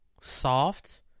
soft